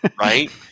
Right